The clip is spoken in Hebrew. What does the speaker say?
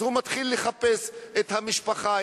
אז הוא מתחיל לחפש את המשפחה,